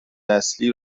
نسلی